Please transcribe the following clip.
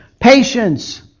patience